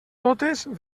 totes